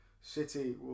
City